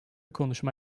konuşma